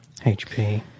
HP